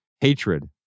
Hatred